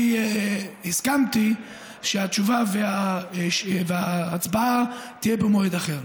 אני הסכמתי שהתשובה וההצבעה יהיו במועד אחר.